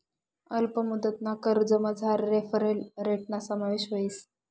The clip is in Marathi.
अल्प मुदतना कर्जमझार रेफरल रेटना समावेश व्हस